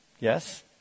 Yes